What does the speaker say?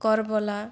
Karbala